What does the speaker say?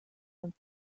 und